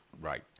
Right